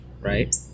Right